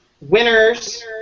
winners